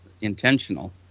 intentional